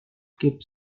keep